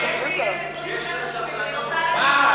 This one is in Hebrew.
אני רוצה, מה?